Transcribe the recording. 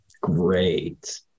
great